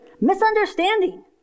misunderstanding